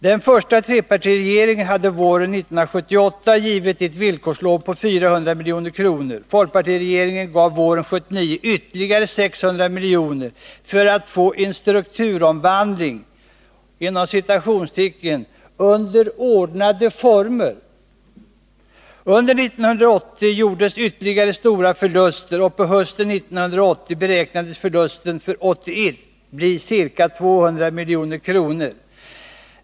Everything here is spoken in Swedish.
Den första trepartiregeringen hade våren 1978 givit ett villkorslån på 400 milj.kr., och folkpartirege ringen gav våren 1979 ytterligare 600 milj.kr. för att få en strukturomvandling ”under ordnade former”. Under 1980 gjordes ytterligare stora förluster, och på hösten 1980 beräknades förlusten för 1981 bli ca 200 milj.kr.